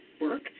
work